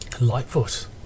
Lightfoot